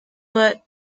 but